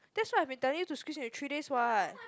that's why I've been telling you to squeeze into three days what